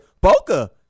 Boca